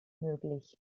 möglich